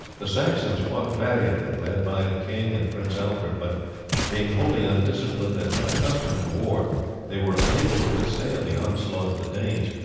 the saxons fought valiantly, led by the king and prince alfred but being wholly undisciplined and unaccustomed to war they were unable to withstand the onslaught of the danes,